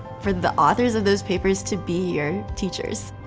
for the authors of those papers to be your teachers.